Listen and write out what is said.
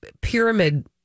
pyramid